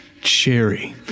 cherry